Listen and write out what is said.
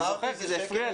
אני זוכר כי זה הפריע לי.